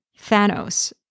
Thanos